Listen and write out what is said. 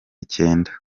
kenda